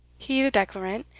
he, the declarant,